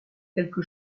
quelque